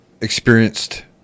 experienced